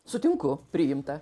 sutinku priimta